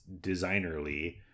designerly